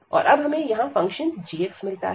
और अब हमें यहां फंक्शन g मिलता है